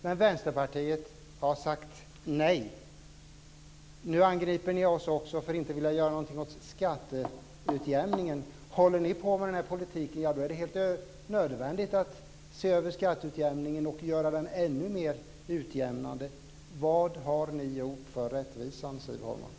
Men Vänsterpartiet har sagt nej. Nu angriper ni oss för att inte vilja göra någonting åt skatteutjämningen. Men om ni håller på med den politiken är det nödvändigt att se över skatteutjämningen och göra den ännu mer utjämnad. Vad har ni gjort för rättvisan, Siv Holma?